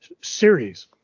series